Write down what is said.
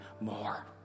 more